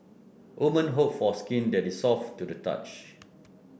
woman hope for skin that is soft to the touch